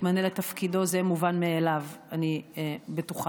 מתמנה לתפקידו, זה מובן מאליו, אני בטוחה,